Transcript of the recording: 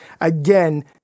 Again